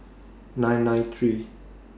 nine nine three